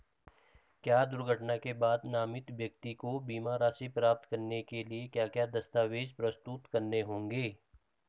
क्या दुर्घटना के बाद नामित व्यक्ति को बीमा राशि प्राप्त करने के लिए क्या क्या दस्तावेज़ प्रस्तुत करने होंगे?